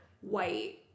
white